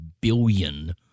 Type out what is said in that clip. billion